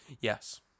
yes